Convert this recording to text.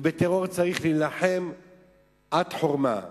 ובטרור צריך להילחם עד חורמה.